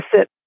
sit